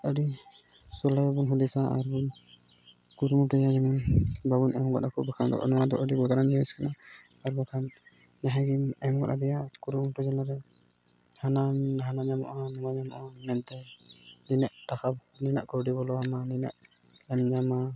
ᱟᱹᱰᱤ ᱥᱚᱞᱦᱮ ᱵᱚᱱ ᱦᱩᱫᱤᱥᱟ ᱟᱨ ᱵᱚᱱ ᱠᱩᱨᱩᱢᱩᱴᱩᱭᱟ ᱡᱮᱢᱚᱱ ᱵᱟᱵᱚᱱ ᱮᱢ ᱜᱚᱫ ᱟᱠᱚᱣᱟ ᱵᱟᱠᱷᱟᱱ ᱫᱚ ᱱᱚᱣᱟ ᱟᱹᱰᱤ ᱵᱚᱫᱱᱟᱢ ᱡᱤᱱᱤᱥ ᱠᱟᱱᱟ ᱟᱨ ᱵᱟᱠᱷᱟᱱ ᱡᱟᱦᱟᱸᱭ ᱜᱮᱢ ᱮᱢ ᱜᱚᱫ ᱟᱫᱮᱭᱟ ᱠᱩᱨᱩᱢᱩᱴᱩ ᱡᱟᱞᱟᱨᱮ ᱦᱟᱱᱟ ᱱᱟᱦᱟᱱᱟ ᱧᱟᱢᱚᱜᱼᱟ ᱱᱚᱣᱟ ᱧᱟᱢᱚᱜᱼᱟ ᱢᱮᱱᱛᱮᱫ ᱛᱤᱱᱟᱹᱜ ᱴᱟᱠᱟ ᱱᱤᱱᱟᱹᱜ ᱠᱟᱹᱣᱰᱤ ᱵᱚᱞᱚᱢᱟ ᱱᱤᱱᱟᱹᱜ ᱜᱟᱱᱮᱢ ᱧᱟᱢᱟ